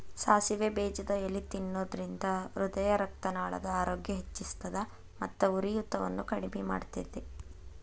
ಸಾಸಿವೆ ಬೇಜದ ಎಲಿ ತಿನ್ನೋದ್ರಿಂದ ಹೃದಯರಕ್ತನಾಳದ ಆರೋಗ್ಯ ಹೆಚ್ಹಿಸ್ತದ ಮತ್ತ ಉರಿಯೂತವನ್ನು ಕಡಿಮಿ ಮಾಡ್ತೆತಿ